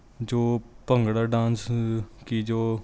ਜੋ ਭੰਗੜਾ ਡਾਂਸ ਕਿ ਜੋ